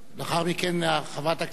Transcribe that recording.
חברת הכנסת ליה שמטוב,